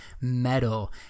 metal